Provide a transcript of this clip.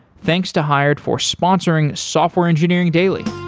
thanks to hired for sponsoring software engineering daily